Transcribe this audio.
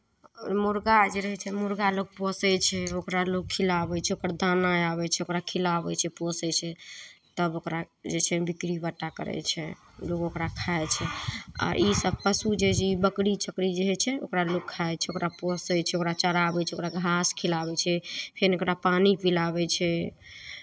मुरगा जे रहै छै मुरगा लोक पोसै छै ओकरा लोक खिलाबै छै ओकर दाना आबै छै ओकरा खिलाबै छै पोसै छै तब ओकरा जे छै बिकरी बट्टा करै छै लोक ओकरा खाइ छै आ इसभ पशु जे ई बकरी छकरी जे होइ छै ओकरा लोक खाइ छै ओकरा पोसै छै ओकरा चराबै छै ओकरा घास खिलाबै छै फेन ओकरा पानि पिलाबै छै